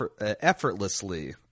effortlessly